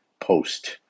post